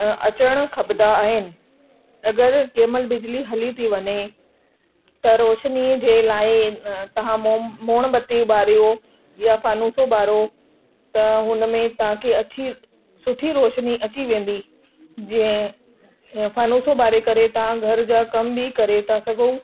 अचणु खपंदा आहिनि अगरि केमहिल बिजली हली थी वञे त रोशनी जे लाइ तव्हां मोम मोड़ बत्तियूं ॿारियो या फानूसो ॿारो त हुनमें तव्हांखे अछी सुठी रोशनी अची वेंदी जीअं फानूसो ॿारे करे तां घर जा कम बि करे था सघो